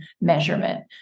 measurement